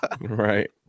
Right